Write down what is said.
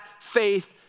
faith